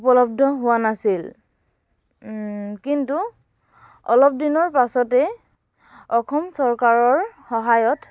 উপলব্ধ হোৱা নাছিল কিন্তু অলপ দিনৰ পাছতেই অসম চৰকাৰৰ সহায়ত